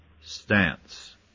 stance